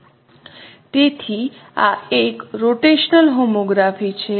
તેથી આ એક રોટેશનલ હોમોગ્રાફી છે